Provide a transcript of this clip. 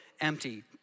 empty